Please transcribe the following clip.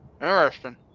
Interesting